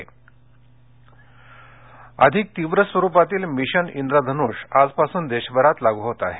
इंद्रधनुष अधिक तीव्र स्वरुपातील मिशन इंद्रधनुष आजपासून देशभरात लागू होत आहे